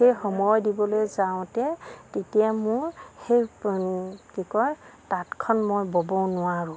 সেই সময় দিবলৈ যাওঁতে তেতিয়া মোৰ সেই কি কয় তাঁতখন মই ব'ব নোৱাৰোঁ